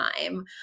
time